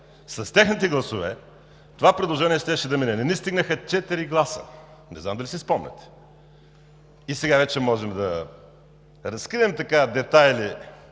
С техните гласове това предложение щеше да мине. Не ни стигнаха четири гласа. Не знам дали си спомняте?! Сега вече можем да разкрием детайли